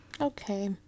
Okay